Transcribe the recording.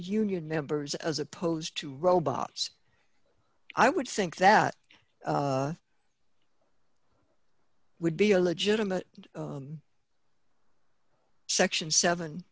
union members as opposed to robots i would think that would be a legitimate section seven